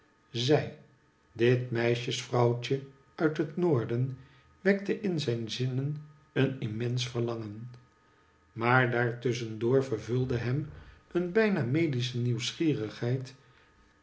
zij dit meisjesvrouwtje uit het noorden wekte in zijn zinnen een immens verlangen maar daar tusschen door vervulde hem een bijna medische nieuwsgierigheid